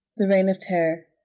the reign of terror.